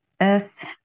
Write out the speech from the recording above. earth